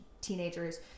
teenagers